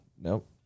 nope